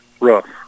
rough